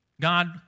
God